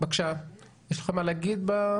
יש לך מה להוסיף?